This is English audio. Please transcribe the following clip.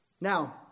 Now